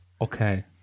Okay